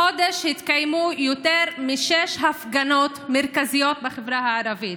החודש התקיימו יותר משש הפגנות מרכזיות בחברה הערבית.